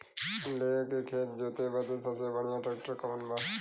लेव के खेत जोते बदे सबसे बढ़ियां ट्रैक्टर कवन बा?